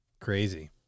crazy